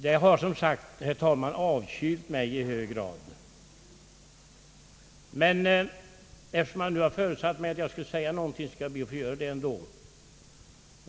Det har som sagt avkylt mig i hög grad, men eftersom jag hade föresatt mig att säga någonting så skall jag be att få göra det ändå.